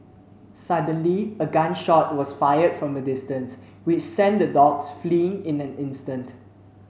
suddenly a gun shot was fired from a distance which sent the dogs fleeing in an instant